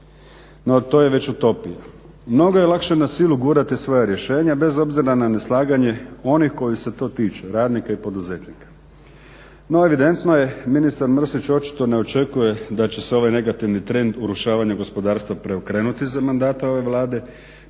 No, to je već utopija. Mnogo je lakše na silu gurati svoja rješenja bez obzira na neslaganje onih kojih se to tiče radnika i poduzetnika. No, evidentno je ministar Mrsić očito ne očekuje da će se ovaj negativni trend urušavanja gospodarstva preokrenuti za mandata ove Vlade,